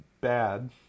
bad